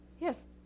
yes